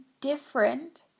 different